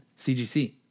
CGC